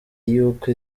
y’uko